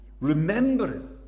remembering